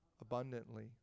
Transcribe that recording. abundantly